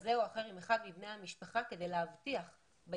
כזה או אחר עם אחד מבני המשפחה כדי להבטיח ביציאה